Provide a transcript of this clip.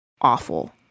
awful